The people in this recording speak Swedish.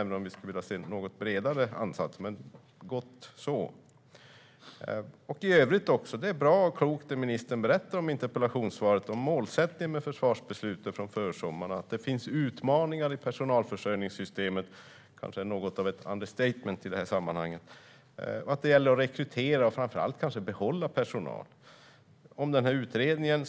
Även om vi skulle vilja se en något bredare ansats är det gott så. Även i övrigt är det bra och klokt, det ministern berättar i interpellationssvaret om målsättningen med försvarsbeslutet från försommaren: att det finns utmaningar i personalförsörjningssystemet - kanske något av ett understatement - och att det gäller att rekrytera men kanske framför allt att behålla personal. Utredningen